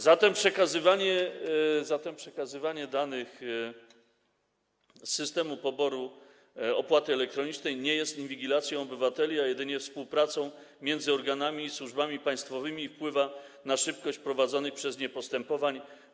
Zatem przekazywanie danych z systemu poboru opłaty elektronicznej nie jest inwigilacją obywateli, a jedynie współpracą między organami i służbami państwowymi i wpływa na szybkość prowadzonej przez nie postępowań.